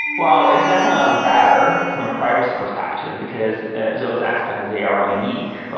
well, it's definitely not better from a privacy perspective, because those aspects, they are unique.